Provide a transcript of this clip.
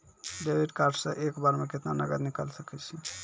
Debit card से एक बार मे केतना नगद निकाल सके छी?